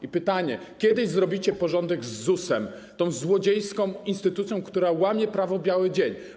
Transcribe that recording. I pytanie: Kiedy zrobicie porządek z ZUS-em, tą złodziejską instytucją, która łamie prawo w biały dzień?